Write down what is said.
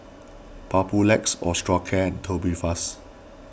Papulex Osteocare and Tubifast